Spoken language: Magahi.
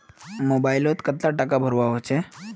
मोबाईल लोत कतला टाका भरवा होचे?